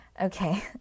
Okay